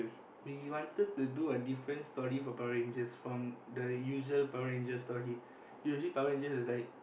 we wanted to do a different story for Power-Rangers from the usual Power-Rangers story usually Power-Rangers is like